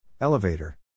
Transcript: Elevator